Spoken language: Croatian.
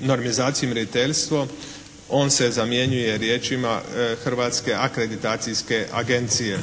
normizaciju i mjeriteljstvo on se zamjenjuje riječima Hrvatske akreditacijske agencije.